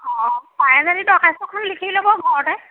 অঁ পাৰে যদি দৰ্খাস্তখন লিখি ল'ব ঘৰতে